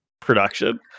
production